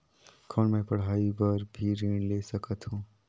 कौन मै पढ़ाई बर भी ऋण ले सकत हो?